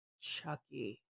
chucky